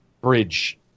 bridge